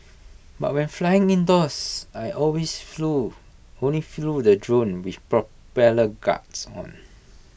but when flying indoors I always flew only flew the drone with propeller guards on